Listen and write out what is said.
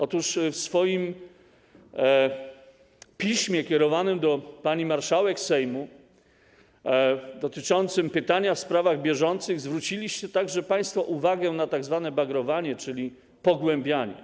Otóż w swoim piśmie kierowanym do pani marszałek Sejmu dotyczącym pytania w sprawach bieżących zwróciliście także państwo uwagę na tzw. bagrowanie, czyli pogłębianie.